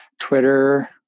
Twitter